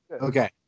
Okay